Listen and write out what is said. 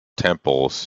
temples